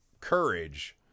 courage